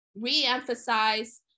re-emphasize